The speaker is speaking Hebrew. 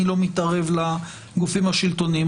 אני לא מתערב לגופים השלטוניים,